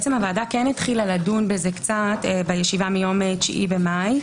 הוועדה התחילה לדון בזה קצת בישיבה מ-9 במאי.